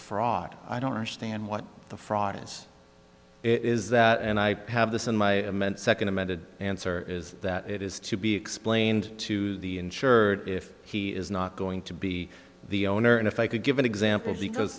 frog i don't understand what the fraud is is that and i have this in my meant second amended answer is that it is to be explained to the insured if he is not going to be the owner and if i could give an example because